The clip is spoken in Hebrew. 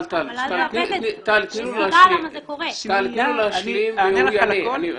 אני אענה לך על הכול.